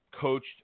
coached